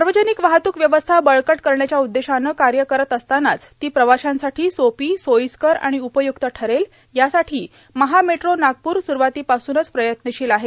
सार्वजनिक वाहतूक व्यवस्था बळकट करण्याच्या उद्देशानं कार्य करत असतानाच ती प्रवाश्यांसाठी सोपी सोयीस्कर आणि उपयुक्त ठरेल यासाठी महा मेट्रो नागपूर सुरवातीपासूनच प्रयत्नशील आहे